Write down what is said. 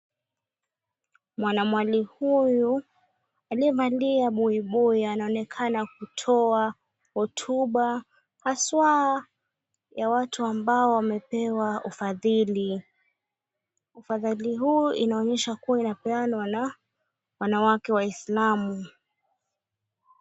Mwanamwali huyu aliyevalia buibui anaonekana kutoa hotuba haswa ya watu waliopewa ufadhili. Ufadhili huu inaonyesha unapeanwa na wanawake waislamu.